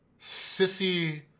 sissy